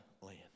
land